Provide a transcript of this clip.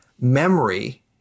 memory